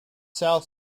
south